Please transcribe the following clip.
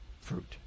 fruit